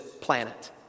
planet